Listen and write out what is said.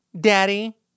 Daddy